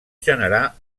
generar